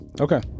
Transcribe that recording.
Okay